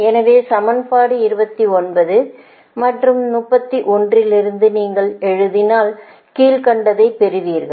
எனவே சமன்பாடு 29 மற்றும் 31 இலிருந்து நீங்கள் எழுதினால் கீழ்கண்டதை பெறுவீர்கள்